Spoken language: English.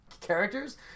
characters